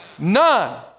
none